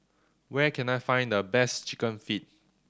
where can I find the best Chicken Feet